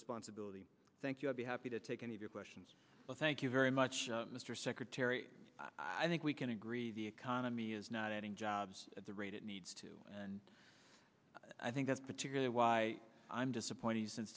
responsibility thank you i'll be happy to take any of your questions well thank you very much mr secretary i think we can agree the economy is not adding jobs at the rate it needs to and i think that's particularly why i'm disappointed since